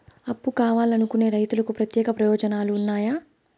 అప్పు కావాలనుకునే రైతులకు ప్రత్యేక ప్రయోజనాలు ఉన్నాయా?